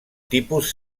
tipus